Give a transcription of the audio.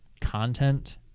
content